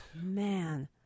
man